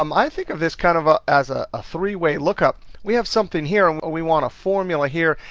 um i think of this kind of ah as ah a three way look up. we have something here, and we want a formula here,